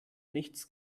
nichts